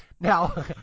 Now